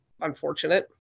unfortunate